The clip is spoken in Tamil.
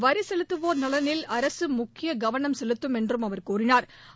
வரி செலுத்துவோா் நலனில் அரசு முக்கிய கவனம் செலுத்தும் என்று அவர் கூறினாா்